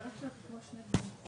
אתה צריך כאן את הכסף הזה